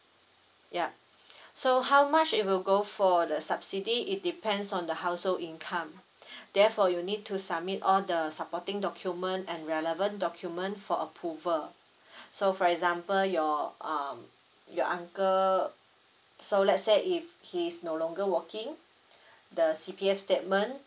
ya so how much it will go for the subsidy it depends on the household income therefore you need to submit all the supporting document and relevant document for approval so for example your um your uncle so let's say if he's no longer working the C_P_F statement